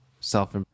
self